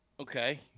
Okay